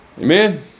Amen